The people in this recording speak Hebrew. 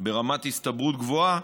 ברמת הסתברות גבוהה